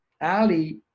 Ali